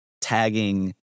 tagging